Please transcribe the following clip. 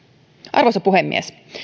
arvoisa puhemies